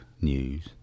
news